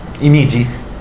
images